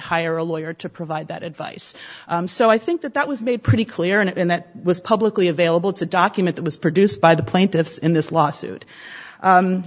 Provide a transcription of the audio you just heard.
hire a lawyer to provide that advice so i think that that was made pretty clear and that was publicly available to document that was produced by the plaintiffs in this lawsuit